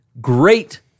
Great